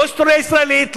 לא היסטוריה ישראלית,